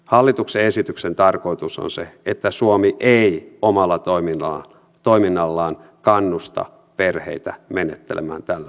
hallituksen esityksen tarkoitus on se että suomi ei omalla toiminnallaan kannusta perheitä menettelemään tällä tavalla